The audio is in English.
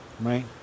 right